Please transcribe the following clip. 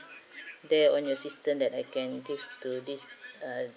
there on your system that I can give to this uh